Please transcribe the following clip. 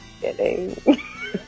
kidding